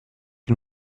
que